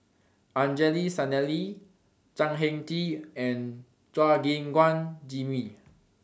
Angelo Sanelli Chan Heng Chee and Chua Gim Guan Jimmy